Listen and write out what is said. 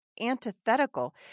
antithetical